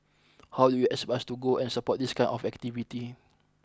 how do you expect us to go and support this kind of activity